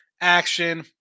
action